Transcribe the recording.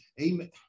amen